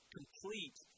complete